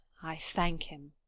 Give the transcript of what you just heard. i thank him.